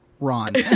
Ron